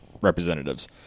representatives